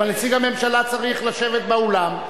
אבל נציג הממשלה צריך לשבת באולם.